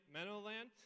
Meadowland